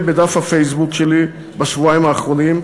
בדף הפייסבוק שלי בשבועיים האחרונים,